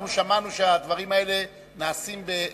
היום אנחנו שמענו שהדברים האלה נעשים בסין.